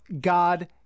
God